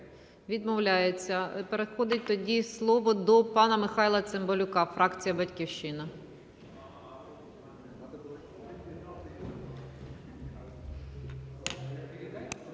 Відмовляється. Переходить тоді слово до пана Михайла Цимбалюка, фракція "Батьківщина".